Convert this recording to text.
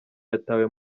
yatawe